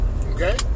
Okay